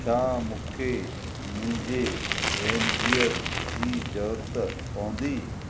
छा मूंखे मुंहिंजे रेनगियर जी ज़रूरत पवंदी